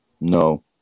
No